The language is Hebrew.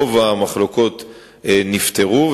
רוב המחלוקות נפתרו,